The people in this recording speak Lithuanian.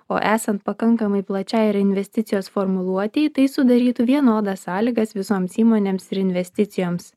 o esant pakankamai plačiai reinvesticijos formuluotei tai sudarytų vienodas sąlygas visoms įmonėms ir investicijoms